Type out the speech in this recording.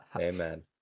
amen